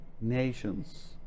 nations